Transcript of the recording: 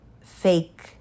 fake